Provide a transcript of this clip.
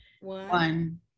One